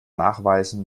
nachweisen